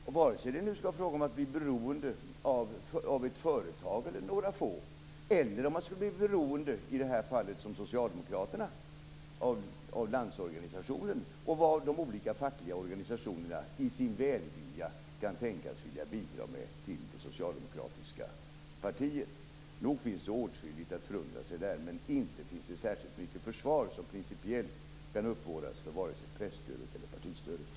Det gäller oavsett det är fråga om att bli beroende av ett eller några få företag eller, som i Socialdemokraternas fall, beroende av Landsorganisationen och vad de olika fackliga organisationerna i sin välvilja kan tänkas vilja bidra med. Nog finns det åtskilligt att förundra sig över i detta, men inte finns det särskilt mycket principiellt försvar som kan uppbådas för vare sig presstödet eller partistödet.